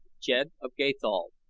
jed of gathol,